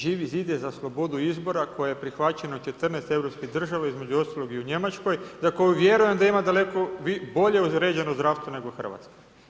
Živi zid je za slobodu izbora koja je prihvaćena u 14 europskih država, između ostaloga i u Njemačkoj za koju vjerujem da ima daleko bolje uređeno zdravstvo nego Hrvatska.